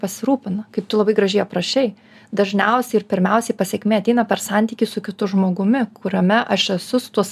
pasirūpina kaip tu labai gražiai aprašei dažniausiai ir pirmiausiai pasekmė ateina per santykį su kitu žmogumi kuriame aš esu tuos